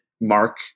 Mark